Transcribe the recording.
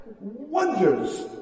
wonders